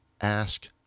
ask